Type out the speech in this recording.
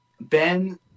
ben